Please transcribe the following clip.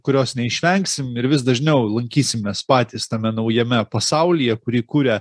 kurios neišvengsim ir vis dažniau lankysimės patys tame naujame pasaulyje kurį kuria